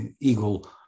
eagle